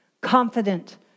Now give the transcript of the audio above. Confident